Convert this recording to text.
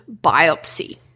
biopsy